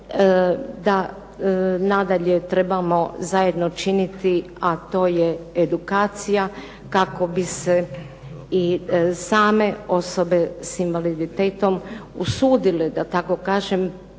da nadalje trebamo zajedno činiti, a to je edukacija kako bi se i same osobe s invaliditetom usudile, da tako kažem,